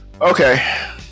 okay